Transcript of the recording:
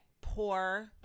poor